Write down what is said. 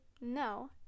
no